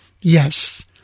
yes